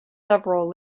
several